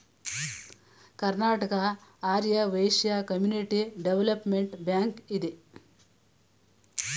Karnataka Arya Vaishya community development bank ಇದೆ